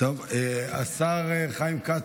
כבוד השר חיים כץ.